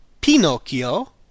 Pinocchio